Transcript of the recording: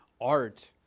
art